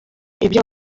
ibyo